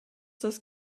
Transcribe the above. das